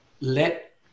let